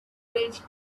reach